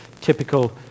typical